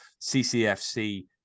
CCFC